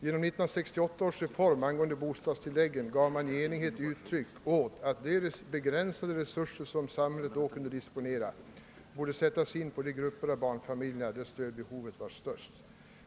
Genom 1968 års reform angående bostadstilläggen gav man i enighet uttryck åt att de begränsade resurser som samhället då kunde disponera borde sättas in på de grupper av barnfamiljer, där stödbehovet var störst.